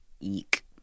eek